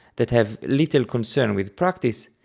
that have little concern with practice,